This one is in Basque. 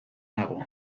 nago